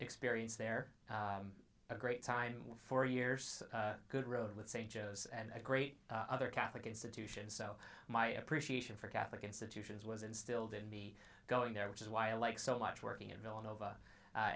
experience there a great time for years good road with st joe's and great other catholic institutions so my appreciation for catholic institutions was instilled in me going there which is why i like so much working at villanova a